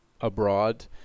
abroad